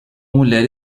mulher